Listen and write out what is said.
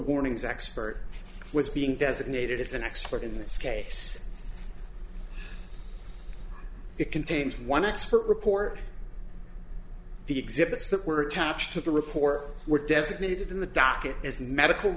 warnings expert was being designated as an expert in this case it contains one expert report the exhibits that were attached to the report were designated in the docket as medical